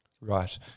Right